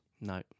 No